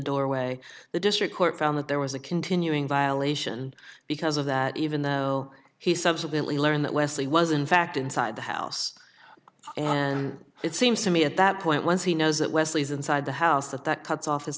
doorway the district court found that there was a continuing violation because of that even though he subsequently learned that leslie was in fact inside the house and it seems to me at that point once he knows that wesley is inside the house that that cuts off his